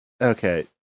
Okay